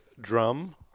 drum